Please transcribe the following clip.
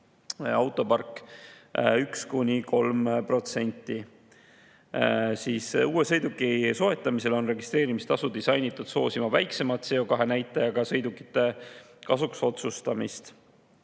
autopark 1–3%. Uue sõiduki soetamisel on registreerimistasu disainitud soosima väiksema CO2‑näitajaga sõidukite kasuks otsustamist.